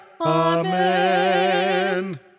Amen